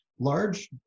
Large